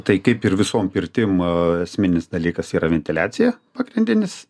tai kaip ir visom pirtim esminis dalykas yra ventiliacija pagrindinis